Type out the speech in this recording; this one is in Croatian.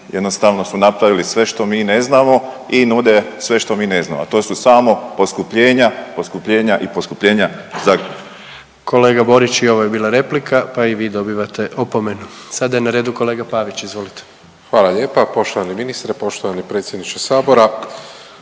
Jednostavno su napravili sve što mi ne znamo i nude sve što mi ne znamo, a to su samo poskupljenja, poskupljenja i poskupljenja … **Jandroković, Gordan (HDZ)** Kolega Borić i ovo je bila replika pa i vi dobivate opomenu. Sada je na redu kolega Pavić izvolite. **Pavić, Marko (HDZ)** Hvala lijepa. Poštovani ministre, poštovani predsjedniče Sabora.